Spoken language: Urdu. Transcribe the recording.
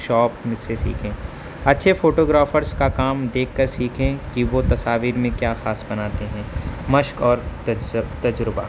شوپ میں سے سیکھیں اچھے فوٹوگرافرس کا کام دیکھ کر سیکھیں کہ وہ تصاویر میں کیا خاص بناتے ہیں مشق اور تجربہ